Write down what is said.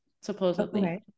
supposedly